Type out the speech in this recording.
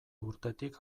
urtetik